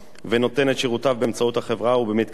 ונותן את שירותיו באמצעות החברה ובמתקניה,